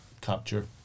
capture